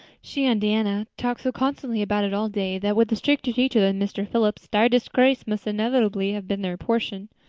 she and diana talked so constantly about it all day that with a stricter teacher than mr. phillips dire disgrace must inevitably have been their portion.